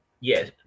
Yes